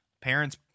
Parents